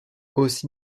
aussi